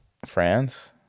France